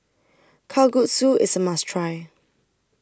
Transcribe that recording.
Kalguksu IS A must Try